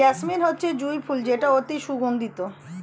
jasmine হচ্ছে জুঁই ফুল যেটা অতি সুগন্ধিত